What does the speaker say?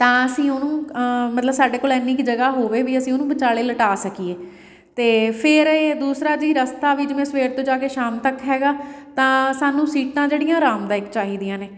ਤਾਂ ਅਸੀਂ ਉਹਨੂੰ ਮਤਲਬ ਸਾਡੇ ਕੋਲ ਐਨੀ ਕੁ ਜਗ੍ਹਾ ਹੋਵੇ ਵੀ ਅਸੀਂ ਉਹਨੂੰ ਵਿਚਾਲੇ ਲਿਟਾ ਸਕੀਏ ਅਤੇ ਫੇਰ ਇਹ ਦੂਸਰਾ ਜੀ ਰਸਤਾ ਵੀ ਜਿਵੇਂ ਸਵੇਰ ਤੋਂ ਜਾ ਕੇ ਸ਼ਾਮ ਤੱਕ ਹੈਗਾ ਤਾਂ ਸਾਨੂੰ ਸੀਟਾਂ ਜਿਹੜੀਆਂ ਆਰਾਮਦਾਇਕ ਚਾਹੀਦੀਆਂ ਨੇ